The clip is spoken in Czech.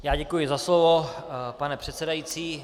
Já děkuji za slovo, pane předsedající.